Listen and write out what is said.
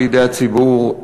לידי הציבור,